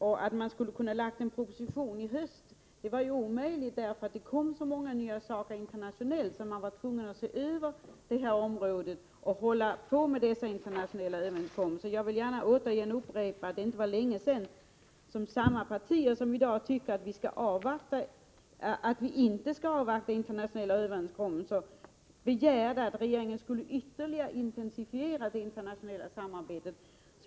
Att regeringen skulle ha lagt fram en proposition i höst var ju omöjligt därför att det kom så många saker på det internationella planet som man var tvungen att se över. Jag vill återigen upprepa att det inte var länge sedan som samma partier som i dag tycker att vi inte skall avvakta internationella överenskommelser begärde att regeringen skulle ytterligare intensifiera det internationella samarbetet.